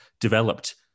developed